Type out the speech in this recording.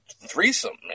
threesome